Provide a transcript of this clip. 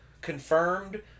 Confirmed